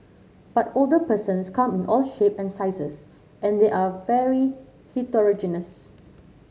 but older persons come in all shape and sizes and they're very heterogeneous